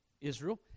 Israel